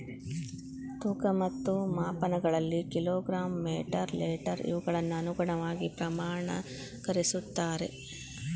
ತೂಕ ಮತ್ತು ಮಾಪನಗಳಲ್ಲಿ ಕಿಲೋ ಗ್ರಾಮ್ ಮೇಟರ್ ಲೇಟರ್ ಇವುಗಳ ಅನುಗುಣವಾಗಿ ಪ್ರಮಾಣಕರಿಸುತ್ತಾರೆ